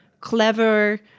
clever